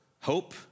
hope